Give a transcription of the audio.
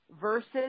versus